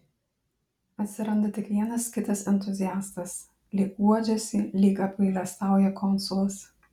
atsiranda tik vienas kitas entuziastas lyg guodžiasi lyg apgailestauja konsulas